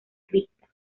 cripta